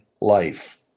life